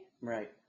Right